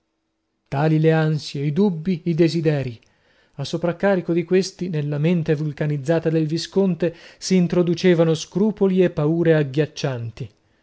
tali le ansie i dubb i desider a sopracarico di questi nella mente vulcanizzata del visconte si introducevano scrupoli e paure agghiaccianti